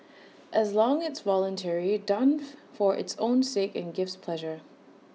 as long it's voluntary done for its own sake and gives pleasure